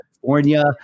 California